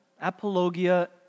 Apologia